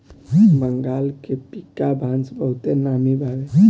बंगाल के पीका बांस बहुते नामी बावे